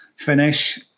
finish